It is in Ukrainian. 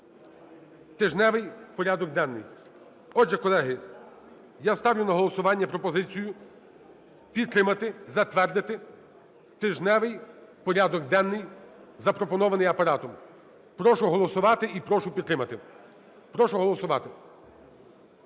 тижневий порядок денний. Отже, колеги, я ставлю на голосування пропозицію підтримати, затвердити тижневий порядок денний, запропонований Апаратом. Прошу голосувати і прошу підтримати. Прошу голосувати.